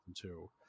two